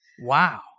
Wow